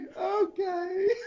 Okay